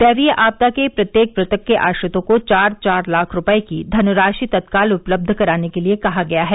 दैवीय आपदा के प्रत्येक मृतक के आश्रितों को चार चार लाख रूपये की धनराशि तत्काल उपलब्ध कराने के लिए कहा गया है